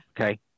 Okay